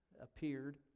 appeared